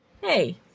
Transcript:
Hey